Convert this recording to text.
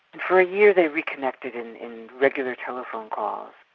and for a year they reconnected in in regular telephone calls,